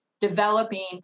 developing